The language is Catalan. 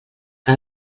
que